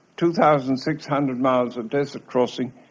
two thousand six hundred miles of desert crossing,